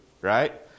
right